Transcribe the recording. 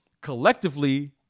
collectively –